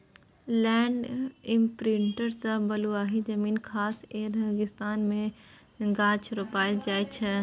land imprinter सँ बलुआही जमीन खास कए रेगिस्तान मे गाछ रोपल जाइ छै